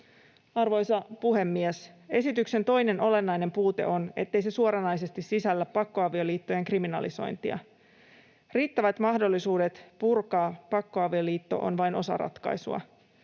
Arvoisa puhemies! Esityksen toinen olennainen puute on, ettei se suoranaisesti sisällä pakkoavioliittojen kriminalisointia. Riittävät mahdollisuudet purkaa pakkoavioliitto on vain osa ratkaisua.